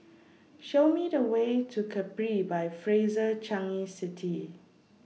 Show Me The Way to Capri By Fraser Changi City